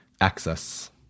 access